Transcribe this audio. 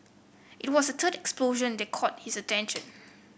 it was the third explosion that caught his attention